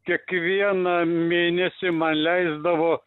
kiekvieną mėnesį man leisdavo